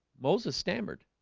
moses stammered